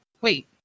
Wait